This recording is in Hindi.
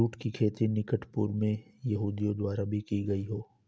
जुट की खेती निकट पूर्व में यहूदियों द्वारा भी की गई हो